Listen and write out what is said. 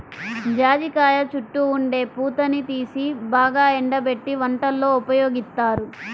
జాజికాయ చుట్టూ ఉండే పూతని తీసి బాగా ఎండబెట్టి వంటల్లో ఉపయోగిత్తారు